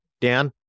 Dan